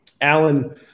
Alan